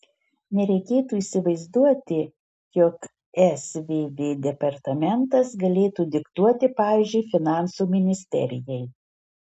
nereikėtų įsivaizduoti jog svv departamentas galėtų diktuoti pavyzdžiui finansų ministerijai